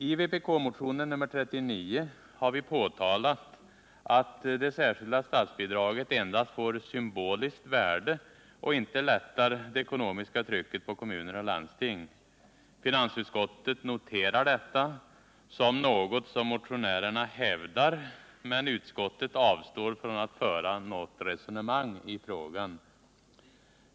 I vpk-motionen 39 har vi påtalat att det särskilda statsbidraget endast får symboliskt värde och inte lättar det ekonomiska trycket på kommuner och landsting. Finansutskottet noterar detta såsom något som motionärerna hävdar men avstår från att föra något resonemang i frågan.